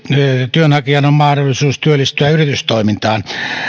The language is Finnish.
työnhakijan on mahdollisuus työllistyä yritystoimintaan